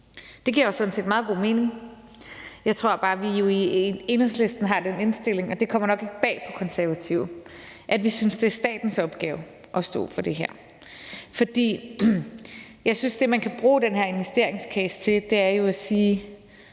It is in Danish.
set meget god mening. Jeg tror bare, vi i Enhedslisten har den indstilling – og det kommer nok ikke bag på De Konservative – at vi synes, det er statens opgave at stå for det her. Jeg synes, at det, man kan bruge den her investeringscase til, er at sige,